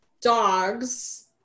dogs